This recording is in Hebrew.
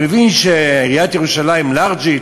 אני מבין שעיריית ירושלים לארג'ית: